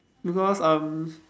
because um